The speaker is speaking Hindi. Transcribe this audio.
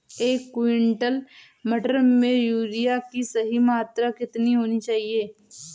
एक क्विंटल मटर में यूरिया की सही मात्रा कितनी होनी चाहिए?